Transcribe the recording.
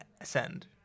ascend